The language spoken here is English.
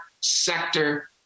sector